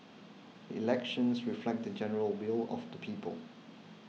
elections reflect the general will of the people